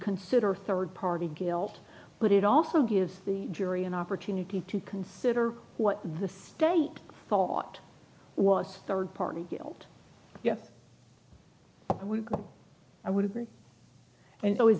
consider third party guilt but it also gives the jury an opportunity to consider what the state thought was third party guilt yes i would agree and